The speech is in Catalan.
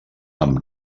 amb